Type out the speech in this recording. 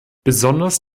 besonders